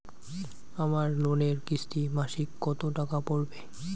আমার লোনের কিস্তি মাসিক কত টাকা পড়বে?